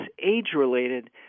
age-related